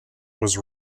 was